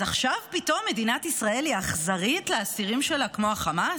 אז עכשיו פתאום מדינת ישראל היא אכזרית לאסירים שלה כמו החמאס?